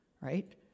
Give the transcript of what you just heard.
right